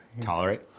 tolerate